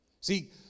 see